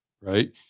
right